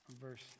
verse